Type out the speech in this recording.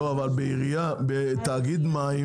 בתאגיד מים